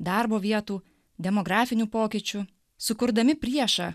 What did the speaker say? darbo vietų demografinių pokyčių sukurdami priešą